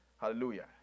Hallelujah